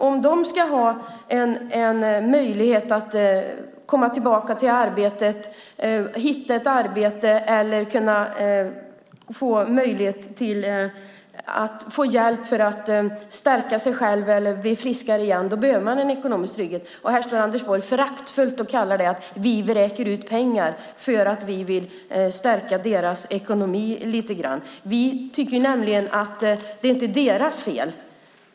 Om de ska ha en möjlighet att komma tillbaka, hitta ett arbete eller få hjälp att stärka sig själva eller bli friskare igen behöver de en ekonomisk trygghet. Här står Anders Borg föraktfullt och kallar det för att vi vräker ut pengar när vi vill stärka deras ekonomi lite grann. Vi menar nämligen inte att det är deras eget fel.